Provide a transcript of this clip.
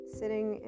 sitting